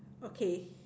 okay